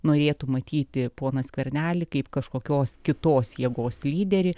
norėtų matyti poną skvernelį kaip kažkokios kitos jėgos lyderį